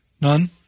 None